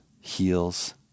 heals